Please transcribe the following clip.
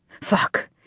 Fuck